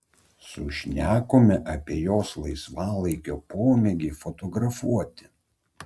sušnekome apie jos laisvalaikio pomėgį fotografuoti